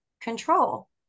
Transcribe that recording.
control